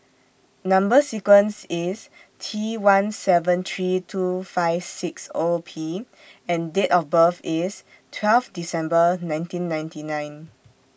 Number sequence IS T one seven three two five six O P and Date of birth IS twelve December nineteen ninety nine